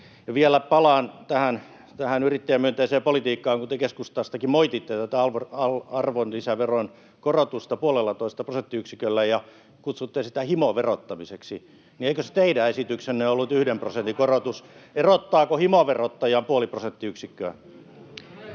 Vielä palaan tähän yrittäjämyönteiseen politiikkaan. Kun te keskustastakin moititte tätä arvonlisäveron korotusta puolellatoista prosenttiyksiköllä ja kutsuitte sitä himoverottamiseksi, [Eduskunnasta: Sehän on!] niin eikös teidän esityksenne ollut yhden prosentin korotus? Erottaako himoverottajan puoli prosenttiyksikköä?